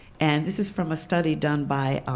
and this is from a study done by